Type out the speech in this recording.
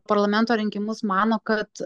parlamento rinkimus mano kad